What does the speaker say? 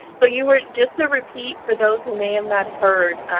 so you were, just to repeat for those who may have not heard,